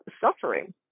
suffering